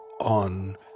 on